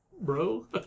Bro